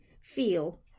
feel